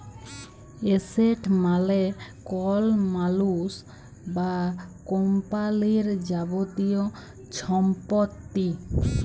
asset মালে কল মালুস বা কম্পালির যাবতীয় ছম্পত্তি